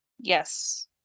Yes